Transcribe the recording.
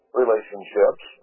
relationships